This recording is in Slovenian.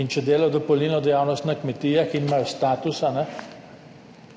in če delajo dopolnilno dejavnost na kmetijah in imajo status,